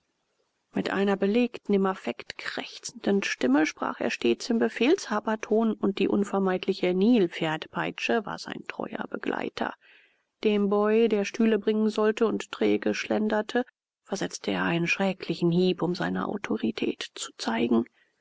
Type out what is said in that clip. mit einer belegten im affekt krächzenden stimme sprach er stets im befehlshaberton und die unvermeidliche nilpferdpeitsche war sein treuer begleiter dem boy der stühle bringen sollte und träge schlenderte versetzte er einen schrecklichen hieb um seine autorität zu zeigen